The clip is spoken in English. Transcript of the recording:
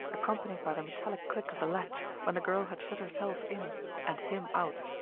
accompanied by the metallic click of the latch, when the girl had shut herself in and him out.